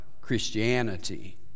Christianity